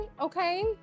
okay